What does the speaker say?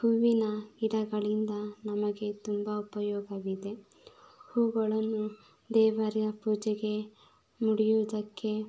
ಹೂವಿನ ಗಿಡಗಳಿಂದ ನಮಗೆ ತುಂಬ ಉಪಯೋಗವಿದೆ ಹೂಗಳನ್ನು ದೇವರ ಪೂಜೆಗೆ ಮುಡಿಯುವುದಕ್ಕೆ